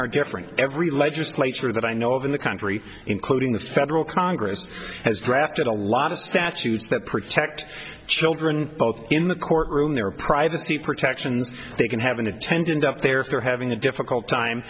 are different every legislature that i know of in the country including the federal congress has drafted a lot of statutes that protect children both in the court room their privacy protections they can have an attendant up there if they're having a difficult time